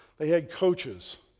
they had coaches,